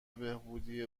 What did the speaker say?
بهبودی